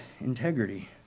integrity